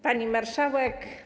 Pani Marszałek!